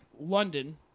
London